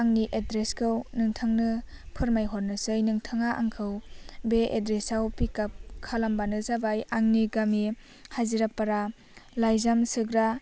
आंनि एड्रेसखौ नोंथांनो फोरमायहरनोसै नोंथाङा आंखौ बे एड्रेसआव पिकआप खालाबानो जाबाय आंनि गामि हाजिरा फारा लाइजाम सोग्रा